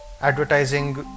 advertising